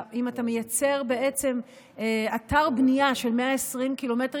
אם אתה מייצר בעצם אתר בנייה של 120 ק"מ,